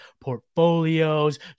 portfolios